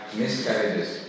miscarriages